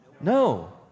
No